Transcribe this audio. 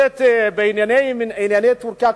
בענייני טורקיה,